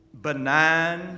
benign